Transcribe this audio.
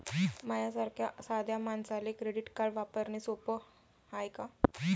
माह्या सारख्या साध्या मानसाले क्रेडिट कार्ड वापरने सोपं हाय का?